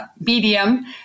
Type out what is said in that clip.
medium